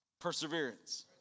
Perseverance